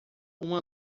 uma